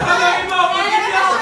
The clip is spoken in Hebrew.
באופוזיציה,